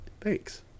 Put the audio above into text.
Thanks